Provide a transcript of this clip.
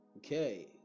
okay